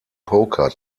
poker